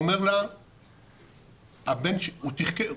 תחקר אותו,